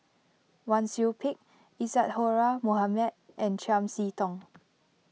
Wang Sui Pick Isadhora Mohamed and Chiam See Tong